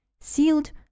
sealed